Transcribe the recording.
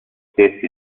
stessi